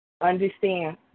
Understand